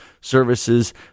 services